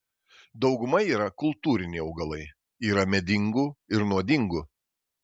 dauguma yra kultūriniai augalai yra medingų ir nuodingų